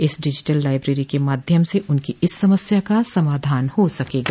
इस digital library के माध्यम से उनकी इस समस्या का समाधान हो सकेगा